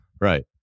Right